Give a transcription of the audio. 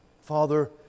Father